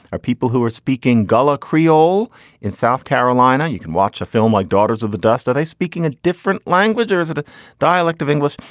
are people who are speaking gullah creole in south carolina? you can watch a film like daughters of the dust. are they speaking a different language or is it a dialect of english?